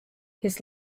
his